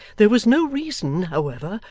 there was no reason however,